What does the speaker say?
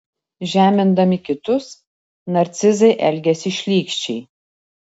žemindami kitus narcizai elgiasi šlykščiai